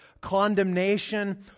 condemnation